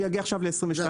אני אגיע עכשיו ל-2022.